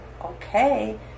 okay